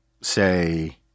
say